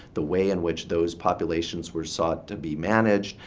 the way in which those populations were sought to be managed,